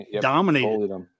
dominated